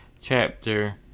chapter